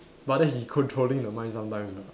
but then he controlling the mind sometimes ah